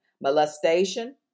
molestation